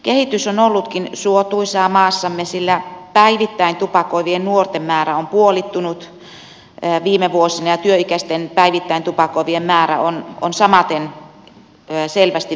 kehitys on ollutkin suotuisaa maassamme sillä päivittäin tupakoivien nuorten määrä on puolittunut viime vuosina ja työikäisten päivittäin tupakoivien määrä on samaten selvästi vähentynyt